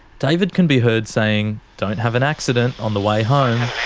david can be heard saying, don't have an accident on the way home.